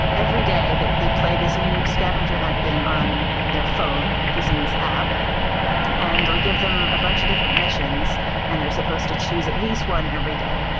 every day they they play this new scavenger hunt game on their phone, like using this app and we give them a bunch of different missions and they're supposed to choose at least one every day.